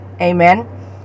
Amen